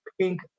Pink